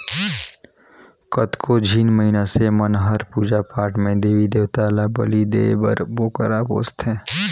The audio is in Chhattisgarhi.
कतको झिन मइनसे मन हर पूजा पाठ में देवी देवता ल बली देय बर बोकरा पोसथे